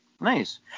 Nice